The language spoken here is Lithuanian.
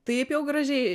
taip jau gražiai